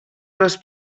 les